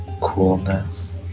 Coolness